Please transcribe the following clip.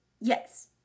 Yes